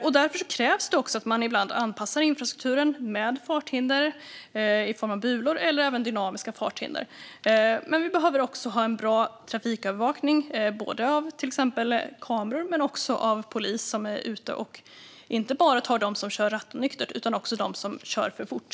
Därför krävs det också att man ibland anpassar infrastrukturen med farthinder i form av bulor eller dynamiska farthinder. Vi behöver också ha en bra trafikövervakning, både av kameror och av polis som är ute och tar inte bara dem som kör rattonyktert utan också dem som kör för fort.